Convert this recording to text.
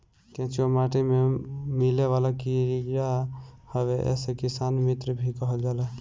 केचुआ माटी में मिलेवाला कीड़ा हवे एके किसान मित्र भी कहल जाला